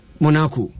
Monaco